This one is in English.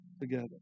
together